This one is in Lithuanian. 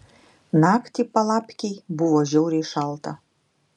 naktį palapkėj buvo žiauriai šalta